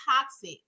toxic